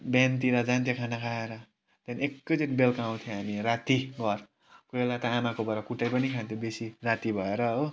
बिहानतिर जान्थ्यो खाना खाएर त्यहाँदेखि एकैचोटि बेलुका आउँथ्यो हामी राति घर कोही बेला त आमाकोबाट कुटाई पनि खान्थ्यो बेसी राति भएर हो